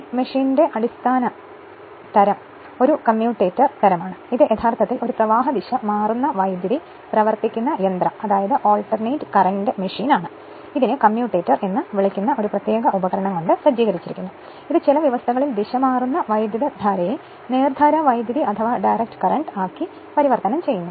DC മെഷീന്റെ അടിസ്ഥാന തരം ഒരു കമ്മ്യൂട്ടേറ്ററിന്റെ തരമാണ് ഇത് യഥാർത്ഥത്തിൽ ഒരു പ്രവാഹ ദിശ മാറുന്ന വൈദ്യുതി പ്രവർത്തിക്കുന്ന യന്ത്രം ആണ് അതിനെ കമ്മ്യൂട്ടേറ്റർ എന്ന് വിളിക്കുന്ന ഒരു പ്രത്യേക ഉപകരണം കൊണ്ട് സജ്ജീകരിച്ചിരിക്കുന്നു ഇത് ചില വ്യവസ്ഥകളിൽ ദിശ മാറുന്ന വൈദ്യുതധാരയെ നേർധാരാ വൈദ്യുതി ആക്കി പരിവർത്തനം ചെയുന്നു